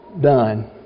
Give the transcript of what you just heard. done